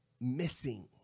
missing